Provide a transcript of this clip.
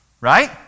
right